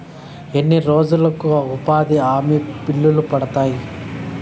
ఎన్ని రోజులకు ఉపాధి హామీ బిల్లులు పడతాయి?